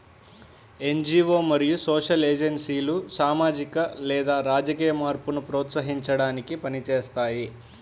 NGO మరియు social ఏజెన్సీలు సామాజిక లేదా రాజకీయ మార్పును ప్రోత్సహించడానికి పని చేస్తాయి